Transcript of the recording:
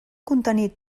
contenir